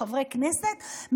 חברי כנסת,